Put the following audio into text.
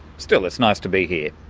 still, it's nice to be here.